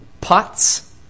pots